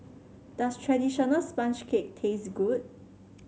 does traditional sponge cake taste good